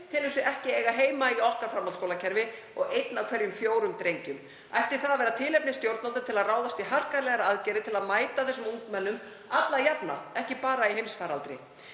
telur sig ekki eiga heima í okkar framhaldsskólakerfi og einn af hverjum fjórum drengjum. Það ætti að vera tilefni stjórnvalda til að ráðast í harkalegar aðgerðir til að mæta þessum ungmennum alla jafna, ekki bara í heimsfaraldri.